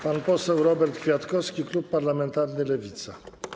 Pan poseł Robert Kwiatkowski, klub parlamentarny Lewica.